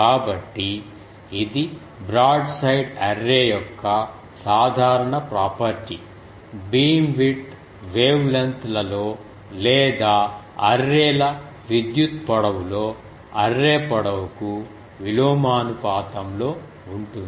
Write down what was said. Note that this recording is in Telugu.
కాబట్టి ఇది బ్రాడ్సైడ్ అర్రే యొక్క సాధారణ ప్రాపర్టీ బీమ్విడ్త్ వేవ్లెంత్ లలో లేదా అర్రే ల విద్యుత్ పొడవులో అర్రే పొడవుకు విలోమానుపాతంలో ఉంటుంది